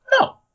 No